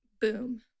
Boom